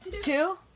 two